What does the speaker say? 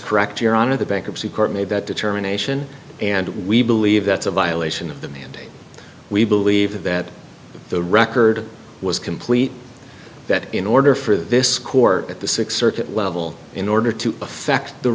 correct your honor the bankruptcy court made that determination and we believe that's a violation of them and we believe that the record was complete that in order for this court at the six circuit level in order to affect the